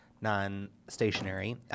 non-stationary